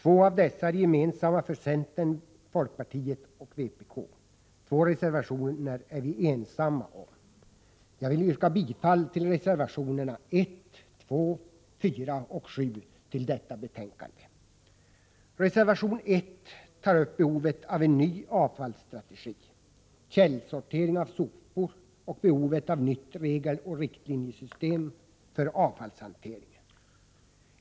Två av dessa är gemensamma för centern, folkpartiet och vpk. Två reservationer är vpk ensamt om. Jag vill yrka bifall till reservationerna 1, 2, 4 och 7 vid detta betänkande. I reservation 1 tas upp behovet av en ny avfallsstrategi, källsortering av sopor och behovet av ett nytt regeloch riktlinjesystem för avfallshanteringen.